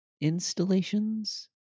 installations